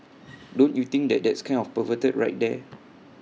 don't you think that that's kind of perverted right there